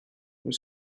nous